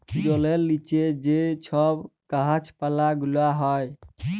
জলের লিচে যে ছব গাহাচ পালা গুলা হ্যয়